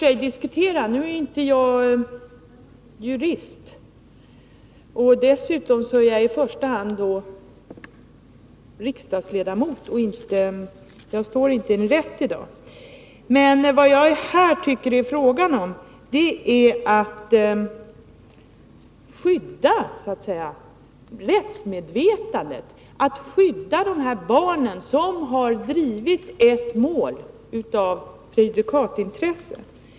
Jag är inte någon jurist, och dessutom är jag i första hand riksdagsledamot och står inte i rätten i dag. Vad jag tycker det är fråga om här är att så att säga skydda rättsmedvetandet, att skydda de här barnen, som har drivit ett mål av prejudikatsintresse.